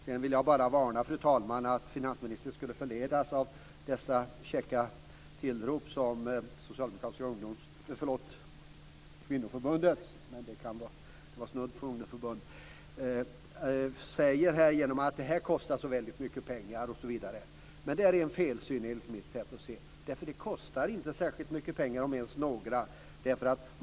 Sedan vill jag bara varna finansministern att förledas av dessa käcka tillrop som Socialdemokratiska kvinnoförbundet här ger genom att säga att det kostar så väldigt mycket pengar, osv. Det är enligt mitt sätt att se en felsyn. Det kostar inte särskilt mycket pengar, om ens några.